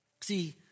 see